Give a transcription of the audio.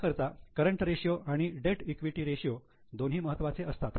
याकरता current ratio आणि debt equity ratio दोन्ही महत्त्वाचे असतात